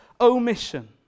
omission